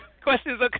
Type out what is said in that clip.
questions